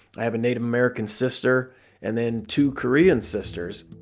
i have a native-american sister and then two korean sisters